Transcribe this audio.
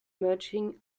merging